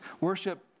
Worship